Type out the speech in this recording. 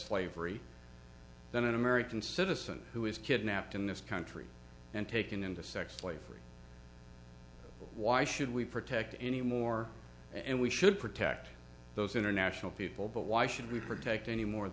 slavery then an american citizen who is kidnapped in this country and taken into sex slavery why should we protect anymore and we should protect those international people but why should we protect any more